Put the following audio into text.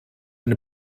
eine